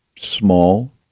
small